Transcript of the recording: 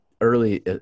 early